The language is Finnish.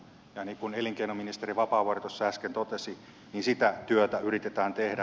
ja niin kuin elinkeinoministeri vapaavuori tuossa äsken totesi sitä työtä yritetään tehdä